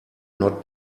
not